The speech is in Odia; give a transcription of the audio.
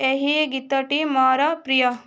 ଏହି ଗୀତଟି ମୋର ପ୍ରିୟ